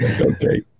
Okay